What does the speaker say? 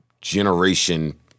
generation